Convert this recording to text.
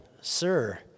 Sir